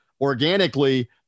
organically